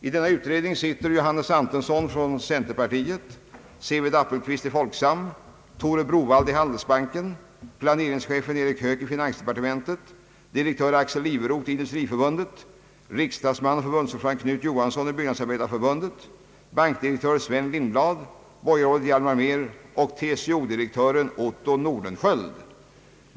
I denna utredning sitter Johannes Antonsson från centerpartiet, Seved Apelqvist i Folksam, Tore Browaldh i Handelsbanken, planeringschefen Erik Höök i finansdepartementet, direktören Axel Iveroth i Industriförbundet, riksdagsmannen och förbundsordföranden Knut Johansson i Byggnadsarbetareförbundet, bankdirektören Sven Lindblad, borgarrådet Hjalmar Mehr och TCO direktören Otto Nordenskiöld.